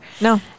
No